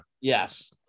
Yes